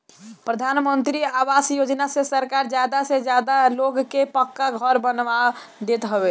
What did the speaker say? प्रधानमंत्री आवास योजना से सरकार ज्यादा से ज्यादा लोग के पक्का घर बनवा के देत हवे